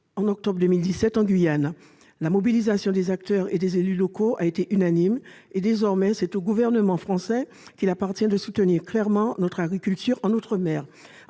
en octobre 2017 en Guyane, la mobilisation des acteurs et des élus locaux a été unanime, et désormais, c'est au gouvernement français qu'il appartient de soutenir clairement notre agriculture en outre-mer.